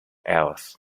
else